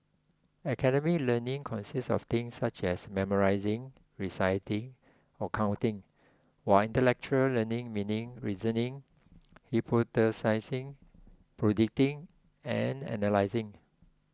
academic learning consists of things such as memorising reciting or counting while intellectual learning meaning reasoning hypothesising predicting and analysing